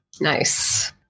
Nice